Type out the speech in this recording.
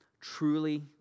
truly